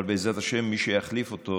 אבל בעזרת השם, מי שיחליף אותו